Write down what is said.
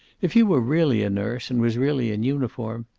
if you were really a nurse, and was really in uniform!